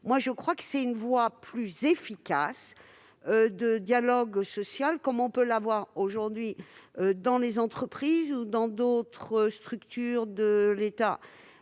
J'estime que c'est une voie plus efficace de dialogue social, comme on peut l'avoir aujourd'hui dans les entreprises ou dans d'autres structures de l'État.